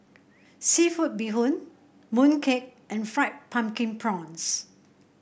seafood Bee Hoon mooncake and Fried Pumpkin Prawns